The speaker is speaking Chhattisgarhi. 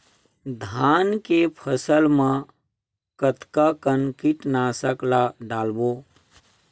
धान के फसल मा कतका कन कीटनाशक ला डलबो?